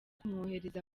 kumwohereza